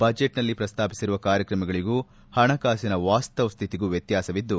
budget ಪ್ರಸ್ತಾಪಿಸಿರುವ ಕಾರ್ಯಕ್ರಮಗಳಗೂ ಹಣಕಾಸಿನ ವಾಸ್ತವ ಸ್ಥಿತಿಗೂ ವ್ಣತ್ವಾಸಿದ್ದು